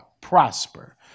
Prosper